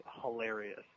hilarious